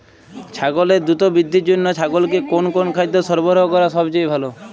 ছাগলের দ্রুত বৃদ্ধির জন্য ছাগলকে কোন কোন খাদ্য সরবরাহ করা সবচেয়ে ভালো?